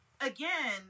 again